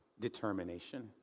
Determination